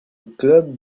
club